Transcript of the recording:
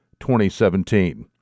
2017